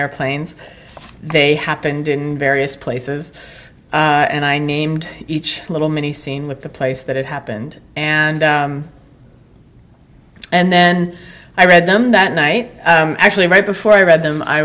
airplanes they happened in various places and i named each little mini scene with the place that happened and and then i read them that night actually right before i read them i